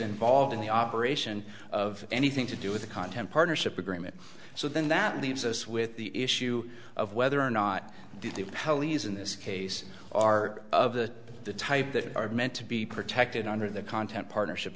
involved in the operation of anything to do with the content partnership agreement so then that leaves us with the issue of whether or not they do pallies in this case are of the type that are meant to be protected under the content partnership